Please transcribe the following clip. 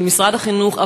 של משרד החינוך,